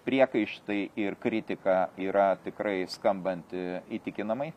priekaištai ir kritika yra tikrai skambanti įtikinamai